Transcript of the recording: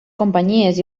companyies